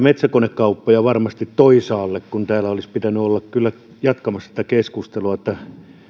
metsäkonekauppoja varmasti toisaalle kun täällä olisi pitänyt olla kyllä jatkamassa tätä keskustelua